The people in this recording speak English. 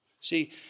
See